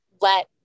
let